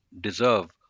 deserve